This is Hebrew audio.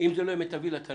אם זה לא יהיה: מיטבי לתלמיד,